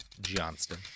Johnston